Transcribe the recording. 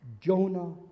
Jonah